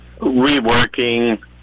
reworking